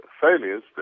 failures